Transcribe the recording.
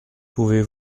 pouvez